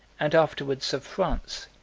and afterwards of france,